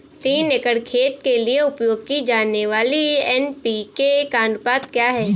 तीन एकड़ खेत के लिए उपयोग की जाने वाली एन.पी.के का अनुपात क्या है?